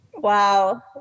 Wow